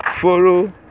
follow